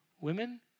women